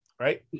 right